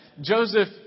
Joseph